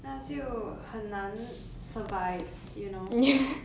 那就很难 survive you know